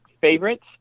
favorites